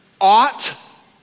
ought